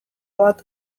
bat